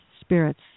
spirits